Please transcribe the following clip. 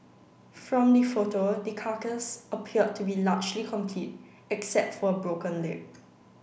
from the photo the carcass appeared to be largely complete except for a broken leg